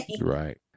Right